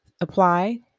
Apply